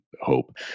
hope